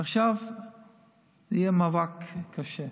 עכשיו יהיה מאבק קשה.